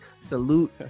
salute